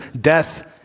death